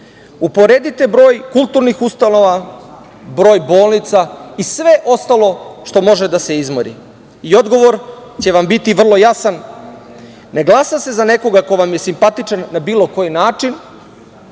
mostova. Uporedite broj kulturnih ustanova, broj bolnica i sve ostalo što može da se izmori i odgovor će vam biti vrlo jasan. Ne glasa se za nekoga ko vam je simpatičan na bilo koji način,